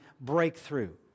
breakthrough